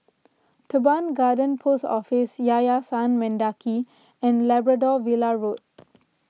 Teban Garden Post Office Yayasan Mendaki and Labrador Villa Road